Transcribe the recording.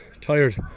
Tired